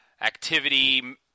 activity